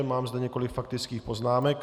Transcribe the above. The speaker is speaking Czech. Mám zde několik faktických poznámek.